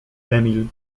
emil